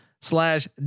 slash